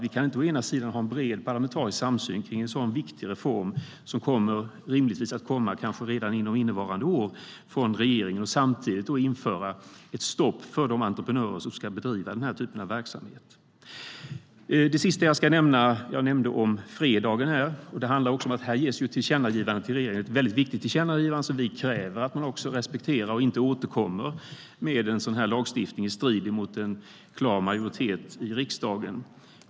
Vi kan inte ha en bred parlamentarisk samsyn kring en så viktig reform, som rimligtvis kommer kanske redan under innevarande år, och samtidigt införa ett stopp för de entreprenörer som ska bedriva den här typen av verksamhet. Jag nämnde om fredagen. Nu ges det ett viktigt tillkännagivande till regeringen som vi kräver att man respekterar, så att man inte återkommer med en sådan här lagstiftning i strid med en klar majoritet i riksdagen.